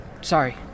Sorry